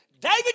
David